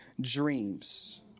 dreams